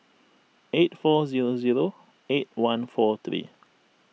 eight four zero zero eight one four three